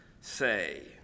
say